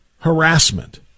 harassment